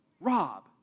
Rob